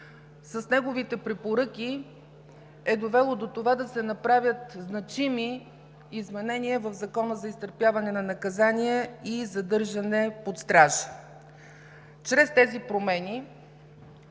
Неговите препоръки са довели до това да се направят значими изменения в Закона за изтърпяване на наказанията и задържането под стража.